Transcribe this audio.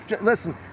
Listen